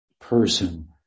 person